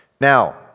now